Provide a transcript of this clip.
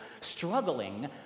struggling